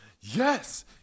yes